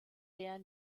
der